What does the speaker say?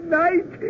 night